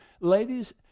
ladies